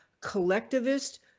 collectivist